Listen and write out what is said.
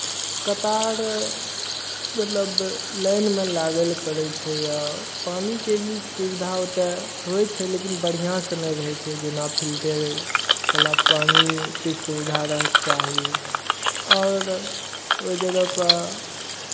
कतार मतलब लाइनमे लागय लेल पड़ै छै पानिके भी सुविधा ओतय होइ छै लेकिन बढ़िआँसँ नहि रहै छै जेना फिल्टरवला पानिके सुविधा रहयके चाही आओर ओहि जगहपर